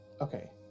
Okay